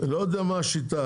לא יודע מה השיטה,